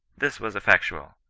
this was effectual.